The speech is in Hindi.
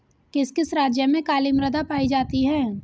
किस किस राज्य में काली मृदा पाई जाती है?